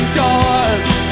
doors